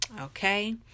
okay